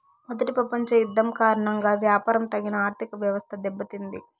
మొదటి ప్రపంచ యుద్ధం కారణంగా వ్యాపారం తగిన ఆర్థికవ్యవస్థ దెబ్బతింది